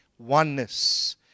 oneness